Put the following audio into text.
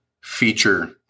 feature